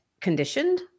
conditioned